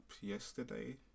yesterday